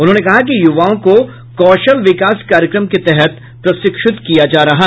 उन्होंने कहा कि युवाओं को कौशल विकास कार्यक्रम के तहत प्रशिक्षित किया जा रहा है